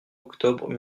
octobre